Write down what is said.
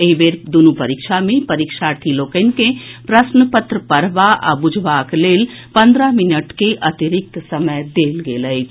एहि बेर दूनू परीक्षार्थी लोकनि के प्रश्नपत्र पढ़बा आ बुझबाक लेल पंद्रह मिनट के अतिरिक्त समय देल गेल अछि